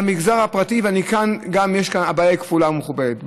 במגזר הפרטי, וכאן הבעיה היא כפולה ומכופלת.